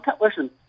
Listen